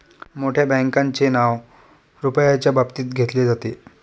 मोठ्या बँकांचे नाव रुपयाच्या बाबतीत घेतले जाते